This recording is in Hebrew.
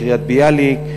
מקריית-ביאליק,